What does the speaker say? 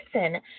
listen